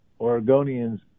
Oregonians